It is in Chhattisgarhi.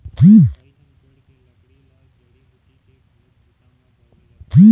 कइठन पेड़ के लकड़ी ल जड़ी बूटी के घलोक बूता म बउरे जाथे